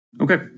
Okay